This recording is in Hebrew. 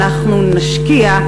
אנחנו נשקיע,